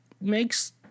makes